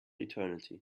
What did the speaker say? eternity